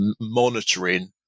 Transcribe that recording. monitoring